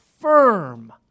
firm